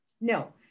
No